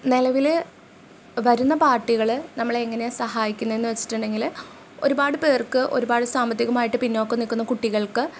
നിലവിൽ വരുന്ന പാർട്ടികൾ നമ്മൾ അങ്ങനെ സഹായിക്കുന്നത് എന്ന് വച്ചിട്ടുണ്ടെങ്കിൽ ഒരുപാട് പേർക്ക് ഒരുപാട് സാമ്പത്തികമായിട്ട് പിന്നോക്കം നിൽക്കുന്ന കുട്ടികൾക്ക്